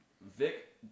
Vic